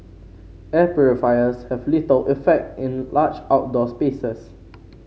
air purifiers have little effect in large outdoor spaces